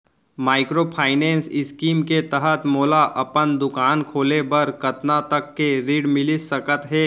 Microfinance scheme के तहत मोला अपन दुकान खोले बर कतना तक के ऋण मिलिस सकत हे?